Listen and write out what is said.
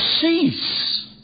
cease